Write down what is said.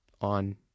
on